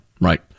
right